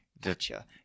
gotcha